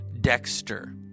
Dexter